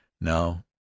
Now